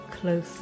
close